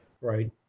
Right